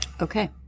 Okay